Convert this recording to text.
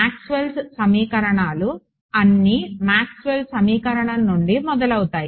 Maxwell సమీకరణాలు అన్నీ Maxwell సమీకరణం నుండి మొదలవుతాయి